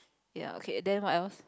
ya okay then what else